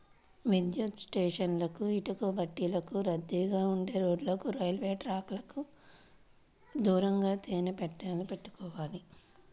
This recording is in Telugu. విద్యుత్ స్టేషన్లకు, ఇటుకబట్టీలకు, రద్దీగా ఉండే రోడ్లకు, రైల్వే ట్రాకుకు దూరంగా తేనె పెట్టెలు పెట్టుకోవాలి